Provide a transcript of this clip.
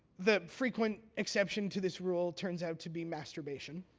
the frequent exception to this rule turns out to be masturbation.